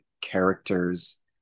characters